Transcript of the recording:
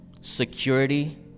security